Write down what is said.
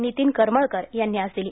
नितीन करमळकर यांनी आज दिली